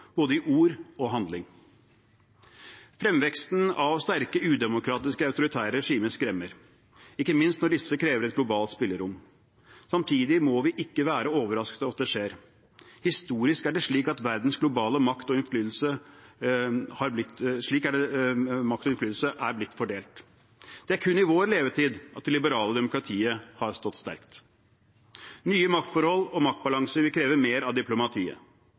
både i ord og handling. Fremveksten av sterke udemokratiske autoritære regimer skremmer, ikke minst når disse krever et globalt spillerom. Samtidig må vi ikke være overrasket over at det skjer. Historisk er det slik verdens globale makt og innflytelse er blitt fordelt. Det er kun i vår levetid at det liberale demokratiet har stått sterkt. Nye maktforhold og maktbalanser vil kreve mer av diplomatiet.